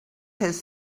his